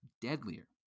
deadlier